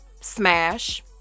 smash